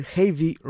Heavy